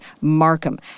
Markham